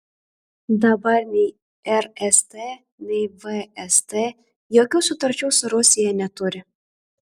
dabar nei rst nei vst jokių sutarčių su rusija neturi